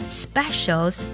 specials